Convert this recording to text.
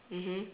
mmhmm